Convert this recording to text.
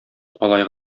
алай